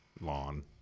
lawn